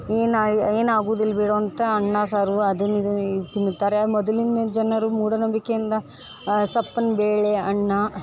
ಏನಾಗ್ ಏನು ಆಗುದಿಲ್ಲ ಬಿಡು ಅಂತ ಅನ್ನ ಸಾರು ಅದನ್ನು ಇದನಿ ತಿನ್ನುತ್ತಾರೆ ಮೊದಲಿನ ಜನರು ಮೂಢನಂಬಿಕೆಯಿಂದ ಸಪ್ಪನೆ ಬೇಳೆ ಅನ್ನ